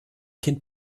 kind